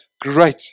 Great